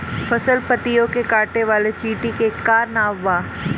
फसल पतियो के काटे वाले चिटि के का नाव बा?